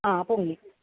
ആ പൊങ്ങി